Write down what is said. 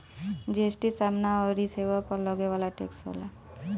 GST समाना अउरी सेवा पअ लगे वाला टेक्स होला